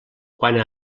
quant